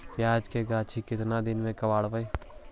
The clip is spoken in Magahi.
प्याज के गाछि के केतना दिन में कबाड़बै?